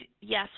yes